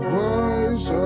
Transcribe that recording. voice